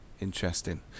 interesting